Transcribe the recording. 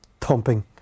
thumping